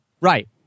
Right